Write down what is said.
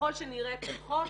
וככל שנראה פחות